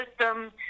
system